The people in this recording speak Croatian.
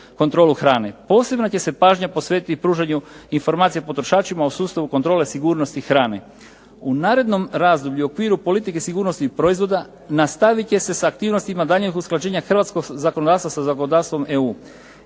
kontrolu hrane. Posebna će se pažnja posvetiti pružanju informacija potrošačima o sustavu kontrole sigurnosti hrane. U narednom razdoblju u okviru politike sigurnosti proizvoda nastavit će se s aktivnostima daljnjeg usklađenja hrvatskog zakonodavstva sa zakonodavstvom EU.